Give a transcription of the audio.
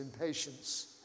impatience